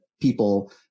people